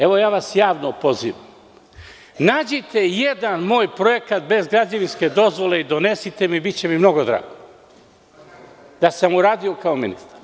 Evo, ja vas javno pozivam, nađite jedan moj projekat bez građevinske dozvole i donesite mi, biće mi mnogo drago, da sam uradio kao ministar.